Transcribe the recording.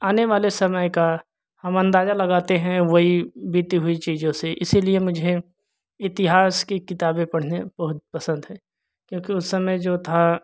आने वाले समय का हम अंदाज़ा लगाते हैं वही बीती हुई चीज़ों से इसीलिए मुझे इतिहास की किताबें पढ़ना बहुत पसंद है क्योंकि उस समय जो था